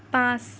পাঁচ